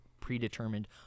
predetermined